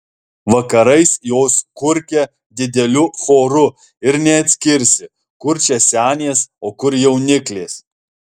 vakarais jos kurkia dideliu choru ir neatskirsi kur čia senės o kur jauniklės